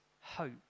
hope